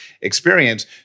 experience